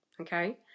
okay